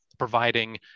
providing